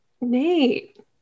Nate